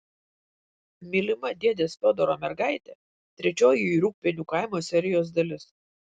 mylima dėdės fiodoro mergaitė trečioji rūgpienių kaimo serijos dalis